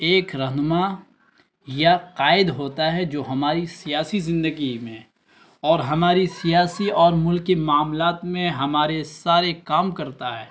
ایک رہنما یا قائد ہوتا ہے جو ہماری سیاسی زندگی میں اور ہماری سیاسی اور ملک معاملات میں ہمارے سارے کام کرتا ہے